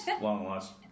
long-lost